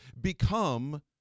become